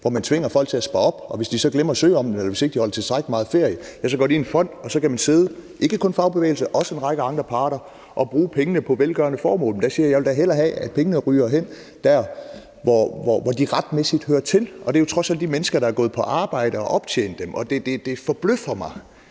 hvor man tvinger folk til at spare op, og hvis de så glemmer at søge om pengene, eller hvis de ikke holder tilstrækkelig meget ferie, går pengene ind i en fond. Så kan man sidde – og det er ikke bare fagbevægelsen, men også en række andre parter – og bruge pengene på velgørende formål. Der siger jeg, at jeg da hellere vil have, at pengene ryger derhen, hvor de retmæssigt hører til, nemlig hos de mennesker, som trods alt har gået på arbejde og har optjent dem. Det forbløffer mig,